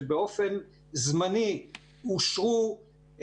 שבאופן זמני אושרו,